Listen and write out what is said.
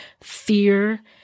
fear